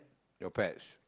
your pets